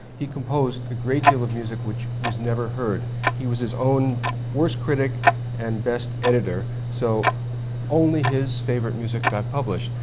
he composed a great deal of music which was never heard he was his own worst critic and best editor. so only his favorite music got published.